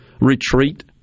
retreat